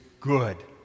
good